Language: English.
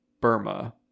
Burma